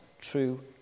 true